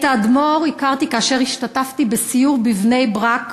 את האדמו"ר הכרתי כאשר השתתפתי בסיור בבני-ברק